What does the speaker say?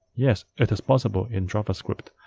yes, it is possible in javascript.